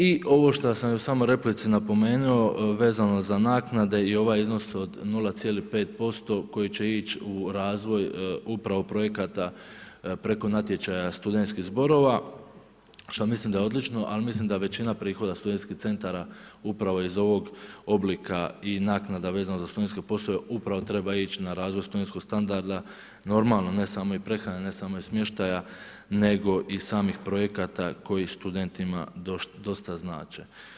I ovo što sam u samoj replici napomenuo vezano za naknade i ovaj iznos od 0.5% koji će ić u razvoj upravo projekata preko natječaja studentskih zborova, što mislim da je odlično, ali mislim da većina prihoda studentskih centara upravo iz ovog oblika i naknada vezano za studentske poslove upravo treba ići na razvoje studentskog standarda, normalno ne samo i prehrane, ne samo i smještaja, nego i samih projekata koji studentima dosta znače.